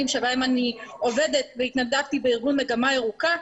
בהן אני עובדת התנדבתי בארגון מגמה ירוקה,